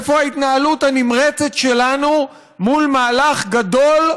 איפה ההתנהלות הנמרצת שלנו מול מהלך גדול,